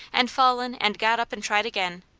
and fallen, and got up and tried again,